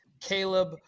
Caleb